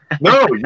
no